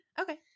okay